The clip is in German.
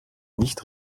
nicht